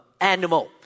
animal